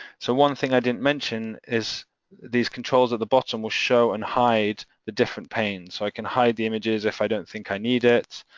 so one thing i didn't mention is these controls at the bottom will show and hide the different panes so i can hide the images if i don't think i need it